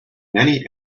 many